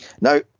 now